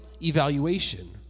evaluation